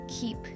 keep